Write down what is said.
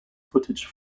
footage